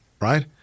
right